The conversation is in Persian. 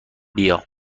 بیا